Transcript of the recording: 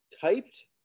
typed